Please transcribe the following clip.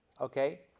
Okay